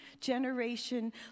generation